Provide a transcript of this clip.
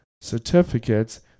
certificates